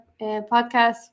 podcast